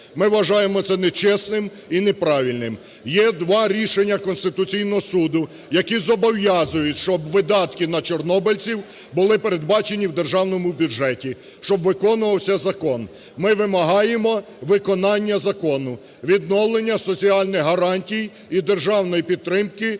Ми вважаємо це нечесним і неправильним. Є два рішення Конституційного Суду, які зобов'язують, щоб видатки на чорнобильців були передбачені в державному бюджеті, щоб виконувався закон. Ми вимагаємо виконання закону, відновлення соціальних гарантій і державної підтримки